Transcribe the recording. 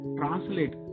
translate